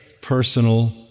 personal